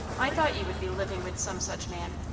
i thought you would be living with some such man.